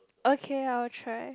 okay I'll try